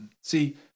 See